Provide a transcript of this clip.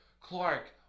Clark